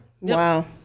Wow